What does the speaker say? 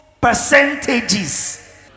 percentages